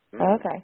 Okay